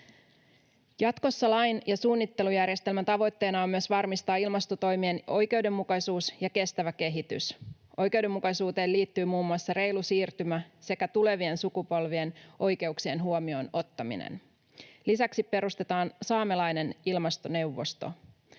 Jatkossa lain ja suunnittelujärjestelmän tavoitteena on myös varmistaa ilmastotoimien oikeudenmukaisuus ja kestävä kehitys. Oikeudenmukaisuuteen liittyy muun muassa reilu siirtymä sekä tulevien sukupolvien oikeuksien huomioon ottaminen. Lisäksi perustetaan saamelainen ilmastoneuvosto.